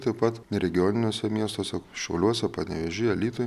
taip pat regioniniuose miestuose šiauliuose panevėžy alytuj